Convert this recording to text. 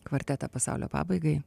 kvartetą pasaulio pabaigai